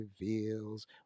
reveals